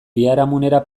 biharamunera